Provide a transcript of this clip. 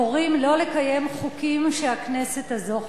קוראים לא לקיים חוקים שהכנסת הזאת חוקקה.